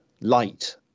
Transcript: light